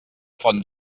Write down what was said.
font